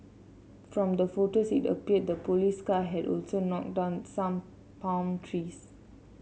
from the photos it appeared the police car had also knocked down some palm trees